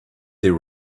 their